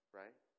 right